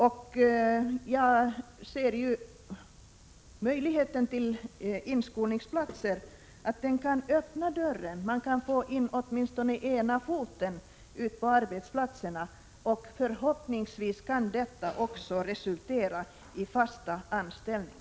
Jag anser att möjligheten till inskolningsplatser kan öppna en dörr, så att de kan få in åtminstone ena foten på arbetsmarknaden, och förhoppningsvis kan detta också resultera i fasta anställningar.